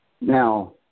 Now